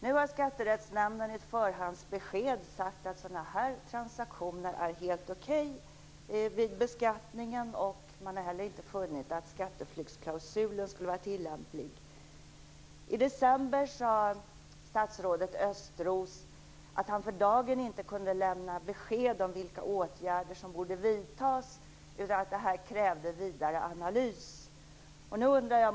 Nu har Skatterättsnämnden i ett förhandsbesked sagt att sådana här transaktioner är helt okej när det gäller beskattningen. Man har heller inte funnit att skatteflyktsklausulen skulle vara tillämplig. I december sade statsrådet Östros att han för dagen inte kunde lämna besked om vilka åtgärder som borde vidtas; det här krävde vidare analys.